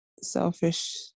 selfish